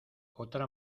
otra